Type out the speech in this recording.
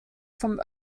from